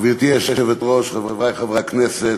גברתי היושבת-ראש, חברי חברי הכנסת,